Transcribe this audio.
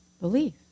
belief